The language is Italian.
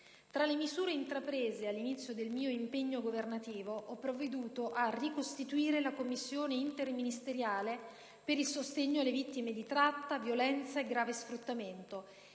Tra le misure intraprese all'inizio del mio impegno governativo, ho provveduto a ricostituire la Commissione interministeriale per il sostegno alle vittime di tratta, violenza e grave sfruttamento,